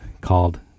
called